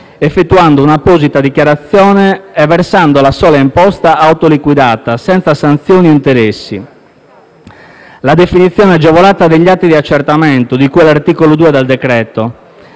effettuando un'apposita dichiarazione e versando la sola imposta autoliquidata senza sanzioni o interessi; la definizione agevolata degli atti del procedimento di accertamento di cui all'articolo 2 del decreto-legge,